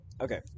Okay